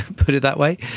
put it that way,